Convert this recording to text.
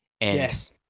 Yes